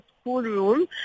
schoolroom